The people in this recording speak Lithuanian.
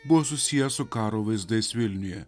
buvo susiję su karo vaizdais vilniuje